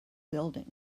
building